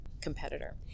competitor